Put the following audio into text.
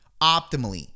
optimally